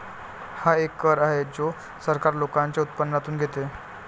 हा एक कर आहे जो सरकार लोकांच्या उत्पन्नातून घेते